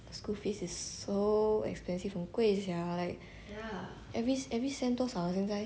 school fees is so expensive 很贵 sia like every every sem 多少啊现在